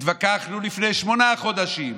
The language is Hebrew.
התווכחנו לפני שמונה חודשים,